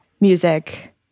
music